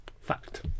Fact